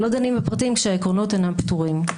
לא דנים בפרטים כשהעקרונות אינם פתורים.